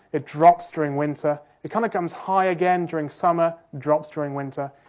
it drops during winter, it kind of becomes high again during summer, drops during winter.